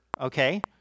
Okay